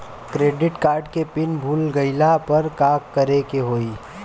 Credit card के PIN भूल गईला पर का करे के होई?